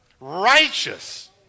righteous